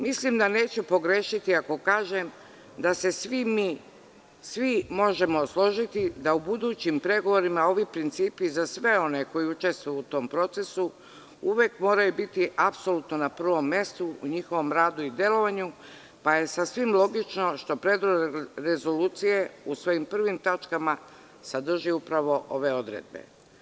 Mislim da neću pogrešiti ako kažem da se svi mi možemo složiti da u budućim pregovorima ovi principi za sve one koji učestvuju u tom procesu uvek moraju biti apsolutno na prvom mestu u njihovom radu i delovanju, pa je sasvim logično što Predlog rezolucije u svojim prvim tačkama sadrži upravo ove odredbe.